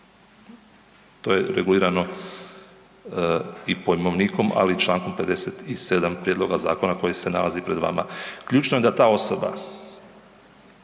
to je regulirano i pojmovnikom, ali i Člankom 57. prijedloga zakona koji se nalazi pred vama. Ključno je da ta osoba